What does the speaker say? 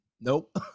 Nope